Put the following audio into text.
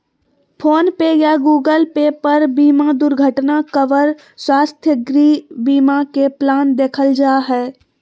phone पे या Google Pay पर बीमा दुर्घटना कवर, स्वास्थ्य, गृह बीमा के प्लान देखल जा हय